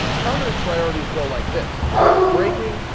turner's priorities go like this breaking,